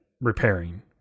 repairing